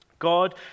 God